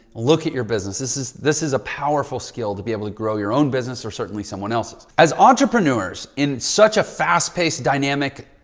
look at your business. this is, this is a powerful skill to be able to grow your own business or certainly someone else's. as entrepreneurs in such a fast paced dynamic,